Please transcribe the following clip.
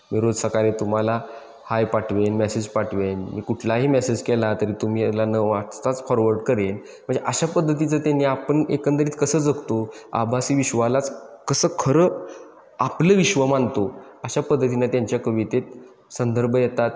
दररोज सकाळी तुम्हाला आहे पाठवेन मेसेज पाठवेन मी कुठलाही मेसेज केला तरी तुम्ही याला न वाचताच फॉरवर्ड करेन म्हणजे अशा पद्धतीचं त्यांनी आपण एकंदरीत कसं जगतो आभासी विश्वालाच कसं खरं आपलं विश्व मानतो अशा पद्धतीने त्यांच्या कवितेत संदर्भ येतात